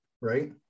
right